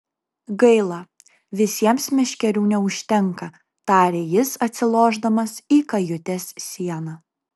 gaila visiems meškerių neužtenka tarė jis atsilošdamas į kajutės sieną